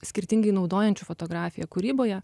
skirtingai naudojančių fotografiją kūryboje